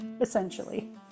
essentially